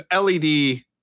LED